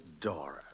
Dora